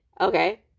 Okay